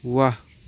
वाह